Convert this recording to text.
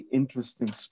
interesting